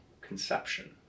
conception